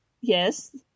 Yes